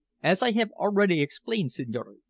as i have already explained, signore,